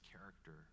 character